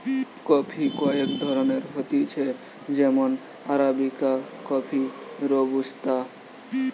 coffee কয়েক ধরণের হতিছে যেমন আরাবিকা কফি, রোবুস্তা